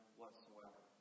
whatsoever